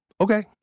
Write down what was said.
okay